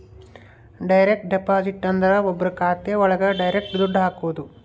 direct deposit ಅಂದ್ರ ಒಬ್ರು ಖಾತೆ ಒಳಗ ಡೈರೆಕ್ಟ್ ದುಡ್ಡು ಹಾಕೋದು